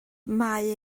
mae